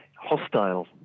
hostile